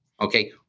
Okay